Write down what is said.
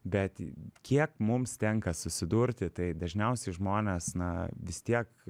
bet kiek mums tenka susidurti tai dažniausiai žmonės na vis tiek